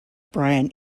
brian